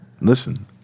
Listen